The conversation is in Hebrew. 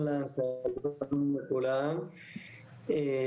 שלום לכולם,